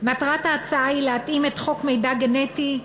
מטרת ההצעה היא להתאים את חוק מידע גנטי,